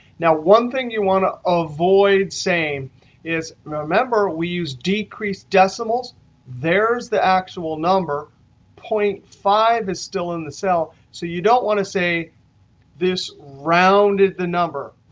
now, one thing you want to avoid saying is remember, we use decreased decimals there's the actual number. zero point five is still in the cell. so you don't want to say this rounded the number,